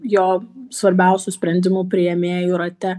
jo svarbiausių sprendimų priėmėjų rate